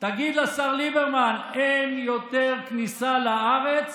תגיד לשר ליברמן: אין יותר כניסה לארץ